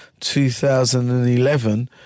2011